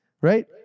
right